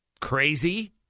Crazy